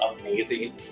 amazing